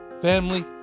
family